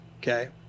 Okay